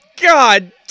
God